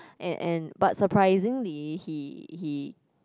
and and but surprisingly he he